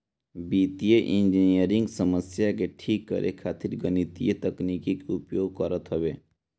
वित्तीय इंजनियरिंग समस्या के ठीक करे खातिर गणितीय तकनीकी के उपयोग करत हवे